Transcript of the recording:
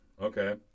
Okay